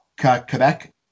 Quebec